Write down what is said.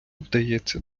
вдається